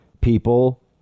people